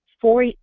four